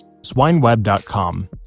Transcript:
SwineWeb.com